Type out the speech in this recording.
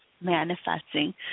manifesting